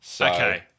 Okay